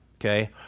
okay